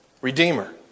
Redeemer